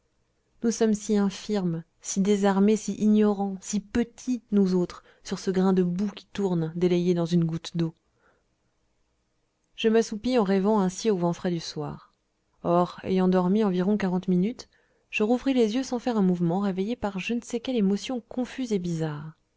nous sommes si infirmes si désarmés si ignorants si petits nous autres sur ce grain de boue qui tourne délayé dans une goutte d'eau je m'assoupis en rêvant ainsi au vent frais du soir or ayant dormi environ quarante minutes je rouvris les yeux sans faire un mouvement réveillé par je ne sais quelle émotion confuse et bizarre